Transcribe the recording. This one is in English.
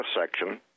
section